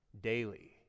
daily